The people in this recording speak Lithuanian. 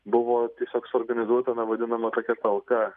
buvo tiesiog suorganizuota na vadinama tokia talka